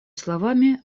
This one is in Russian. словами